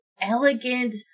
elegant